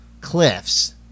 cliffs